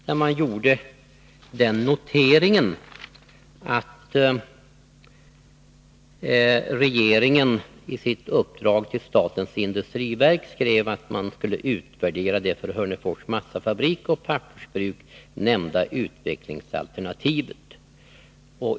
Där görs noteringen att regeringen i sitt uppdrag till statens industriverk skrev att industriverket skulle ”utvärdera det för Hörnefors massafabrik och pappersbruk nämnda utvecklingsalternativet”.